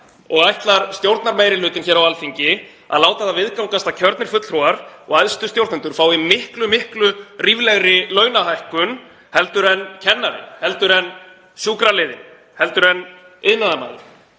og ætlar stjórnarmeirihlutinn hér á Alþingi að láta það viðgangast að kjörnir fulltrúar og æðstu stjórnendur fái miklu ríflegri launahækkun heldur en kennarinn, heldur en sjúkraliðinn, heldur en iðnaðarmaðurinn?